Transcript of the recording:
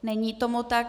Není tomu tak.